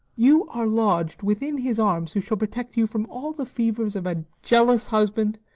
you are lodg'd within his arms who shall protect you from all the fevers of a jealous husband,